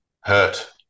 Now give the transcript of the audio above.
hurt